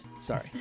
Sorry